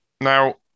Now